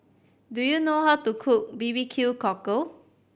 do you know how to cook B B Q Cockle